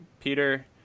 Peter